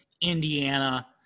Indiana